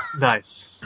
Nice